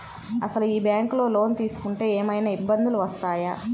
అసలు ఈ బ్యాంక్లో లోన్ తీసుకుంటే ఏమయినా ఇబ్బందులు వస్తాయా?